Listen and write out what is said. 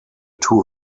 two